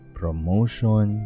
promotion